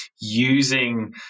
using